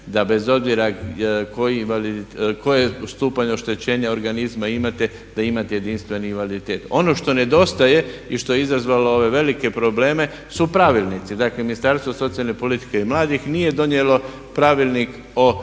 da bez obzira koji stupanj oštećenja organizma imate da imate jedinstveni invaliditet. Ono što nedostaje i što je izazvalo ove velike probleme su pravilnici. Dakle Ministarstvo socijalne politike i mladih nije donijelo pravilnik o